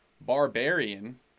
Barbarian